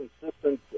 consistent